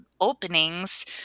openings